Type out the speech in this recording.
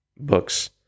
Books